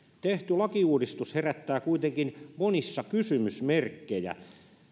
tehty lakiuudistus herättää kuitenkin monissa kysymysmerkkejä